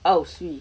oh swee